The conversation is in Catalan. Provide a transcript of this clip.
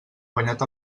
guanyat